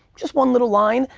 just one little line.